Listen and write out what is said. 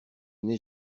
n’ai